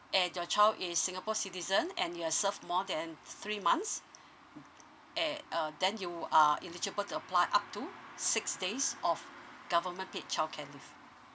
and your child is singapore citizen and you've served more than three months at uh then you are eligible to apply up to six days of government paid childcare leave